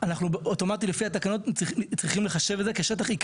ואני גם מסכים עם מה שנאמר